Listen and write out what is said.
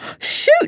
Shoot